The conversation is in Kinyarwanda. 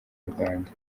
rwanda